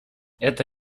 это